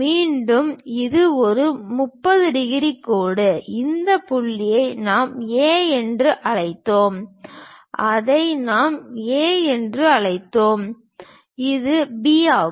மீண்டும் இது ஒரு 30 டிகிரி கோடு இந்த புள்ளியை நாம் A என்று அழைத்தோம் இதை நாம் A என்று அழைத்தோம் இது B ஆகும்